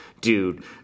dude